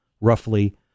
roughly